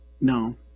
No